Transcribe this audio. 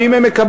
ואם הם מקבלים,